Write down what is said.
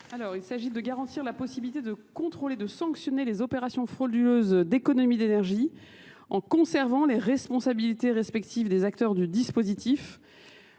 Alors il s'agit de garantir la possibilité de contrôler, de sanctionner les opérations frauduleuses d'économie d'énergie en conservant les responsabilités respectives des acteurs du dispositif.